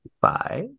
five